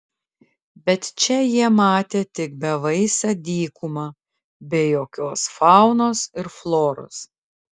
bet čia jie matė tik bevaisę dykumą be jokios faunos ir floros